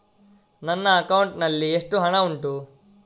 ನನ್ನ ಅಕೌಂಟ್ ನಲ್ಲಿ ಎಷ್ಟು ಹಣ ಉಂಟು?